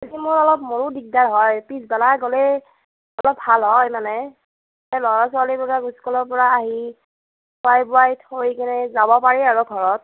মোৰো অলপ দিগদাৰ হয় পিছবেলা গ'লে অলপ ভাল হয় মানে ল'ৰা ছোৱালীবিলাক স্কুলৰ পৰা আহি খোৱাই বোৱাই থৈ কেনে যাব পাৰি আৰু ঘৰত